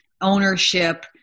Ownership